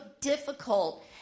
difficult